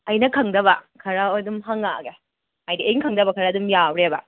ꯑꯩꯅ ꯈꯪꯗꯕ ꯈꯔ ꯑꯗꯨꯝ ꯍꯪꯉꯛꯑꯒꯦ ꯍꯥꯏꯗꯤ ꯑꯩꯅ ꯈꯪꯗꯕ ꯈꯔ ꯑꯗꯨꯝ ꯌꯥꯎꯔꯦꯕ